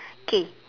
K